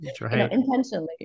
intentionally